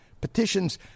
Petitions